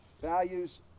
values